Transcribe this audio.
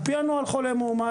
על פי הנוהל, חולה מאומת.